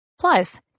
Plus